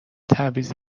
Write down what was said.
تعویض